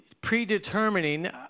predetermining